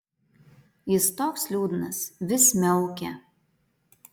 jis toks liūdnas vis miaukia